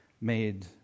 made